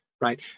right